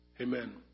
Amen